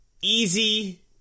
easy